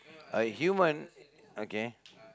a human okay